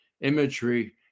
imagery